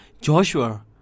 Joshua